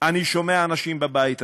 אני שומע אנשים בבית הזה,